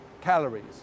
calories